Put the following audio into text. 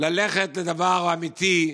ללכת לדבר האמיתי.